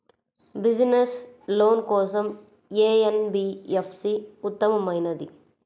Business loan కోసం ఏ NBFC ఉత్తమమైనది?